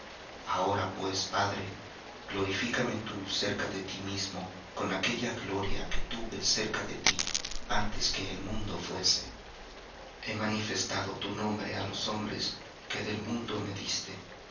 ahora pues padre glorifícame tú cerca de ti mismo con aquella gloria que tuve cerca de ti antes que el mundo fuese he manifestado tu nombre á los hombres que del mundo me diste